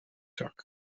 zak